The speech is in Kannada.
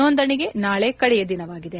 ನೋಂದಣಿಗೆ ನಾಳೆ ಕಡೆಯ ದಿನವಾಗಿದೆ